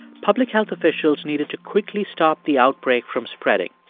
public health officials needed to quickly stop the outbreak from spreading.